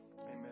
Amen